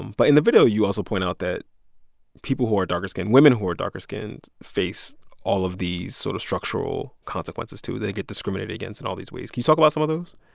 but in the video you also point out that people who are darker skinned women who are darker skinned face all of these sort of structural consequences too. they get discriminated against in and all these ways. can you talk about some of those?